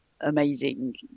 amazing